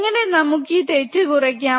എങ്ങനെ നമുക്ക് ഈ തെറ്റ് കുറയ്ക്കാം